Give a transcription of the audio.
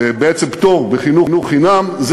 בעצם פטור בחינוך חינם.